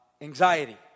anxiety